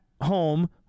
home